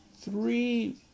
Three